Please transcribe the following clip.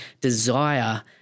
desire